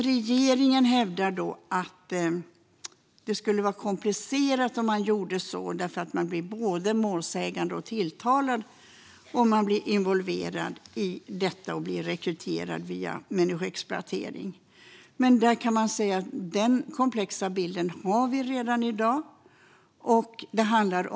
Regeringen hävdar att det skulle bli komplicerat om vi gjorde så, eftersom man blir både målsägande och tilltalad om man blir involverad i detta och blir rekryterad via människoexploatering. Men en sådan komplex bild har vi redan i dag.